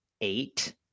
eight